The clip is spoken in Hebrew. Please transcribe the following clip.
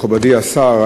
מכובדי השר,